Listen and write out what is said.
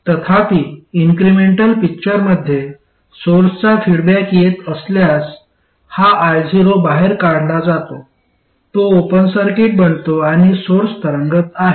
तथापि इन्क्रिमेंटल पिक्चरमध्ये सोर्सचा फीडबॅक येत असल्यास हा io बाहेर काढला जातो तो ओपन सर्किट बनतो आणि सोर्स तरंगत आहे